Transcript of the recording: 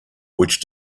which